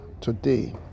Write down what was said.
today